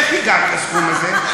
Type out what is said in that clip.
איך הגעת לסכום הזה?